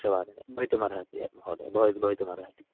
दशवादने भवितुमर्हति महोदय भ भवितुमर्हति